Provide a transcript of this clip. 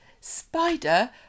Spider